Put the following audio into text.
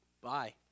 bye